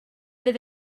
fydd